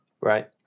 right